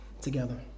together